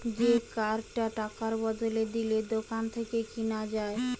যে কার্ডটা টাকার বদলে দিলে দোকান থেকে কিনা যায়